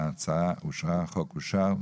הצבעה הצעת החוק אושרה.